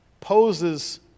poses